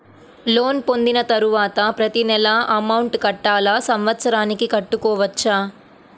Loan పొందిన తరువాత ప్రతి నెల అమౌంట్ కట్టాలా? సంవత్సరానికి కట్టుకోవచ్చా?